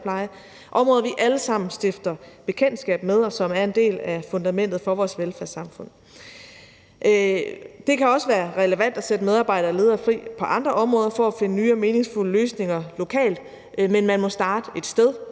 – områder, vi alle sammen stifter bekendtskab med, og som er en del af fundamentet for vores velfærdssamfund. Det kan også være relevant at sætte medarbejdere og ledere fri på andre områder for at finde nye og meningsfulde løsninger lokalt, men man må starte et sted,